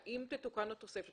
אם תתוקן התוספת,